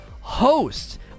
host